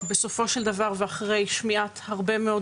הייתה בסופו של דבר אחרי שמיעת הרבה מאוד